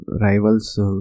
Rivals